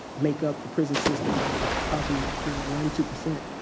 make up the prison system by probably ninety two percent.